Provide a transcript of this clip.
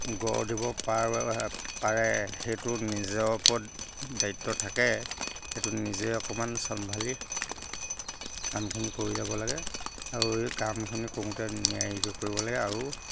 গঢ় দিব পাৰ পাৰে সেইটো নিজৰ ওপৰত দায়িত্ব থাকে সেইটো নিজে অকমান চম্ভালি কামখিনি কৰি যাব লাগে আৰু এই কামখিনি কৱোতে নিয়াৰিকৈ কৰিব লাগে আৰু